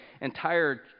entire